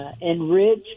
Enrich